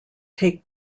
take